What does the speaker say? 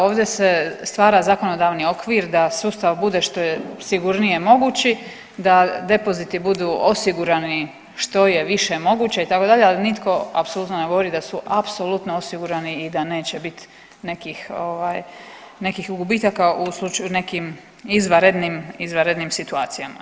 Ovdje se stvara zakonodavni okvir da sustav bude što je sigurnije mogući, da depoziti budu osigurani što je više moguće itd., ali nitko apsolutno ne govori da su apsolutno osigurani i da neće bit nekih ovaj nekih gubitaka u slučaju u nekim izvanrednim, izvanrednim situacija.